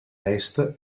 est